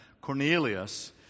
Cornelius